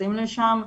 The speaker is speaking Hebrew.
נכנסים לשם.